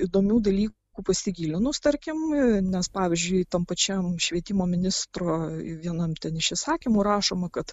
įdomių dalykų pasigilinus tarkim nes pavyzdžiui tam pačiam švietimo ministro vienam ten iš įsakymu rašoma kad